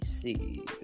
see